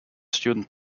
student